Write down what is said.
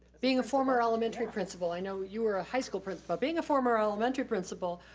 being a former elementary principal, i know you were a high school principal, being a former elementary principal,